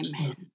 Amen